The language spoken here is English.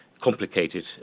complicated